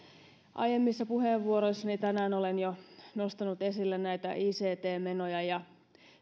aiemmissa puheenvuoroissani tänään olen jo nostanut esille näitä ict menoja ja